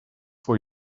for